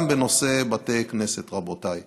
גם בנושא בתי כנסת, רבותיי,